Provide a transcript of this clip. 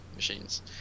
machines